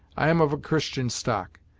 i am of a christian stock,